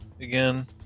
again